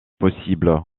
possible